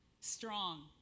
Strong